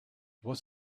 was